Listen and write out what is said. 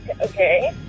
Okay